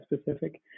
specific